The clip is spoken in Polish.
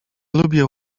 lubię